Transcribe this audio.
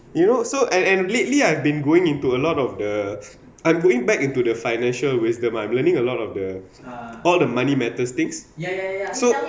you know so and and lately I've been going into a lot of the I'm going back into the financial wisdom I'm learning a lot of the all the money matters things so